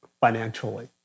financially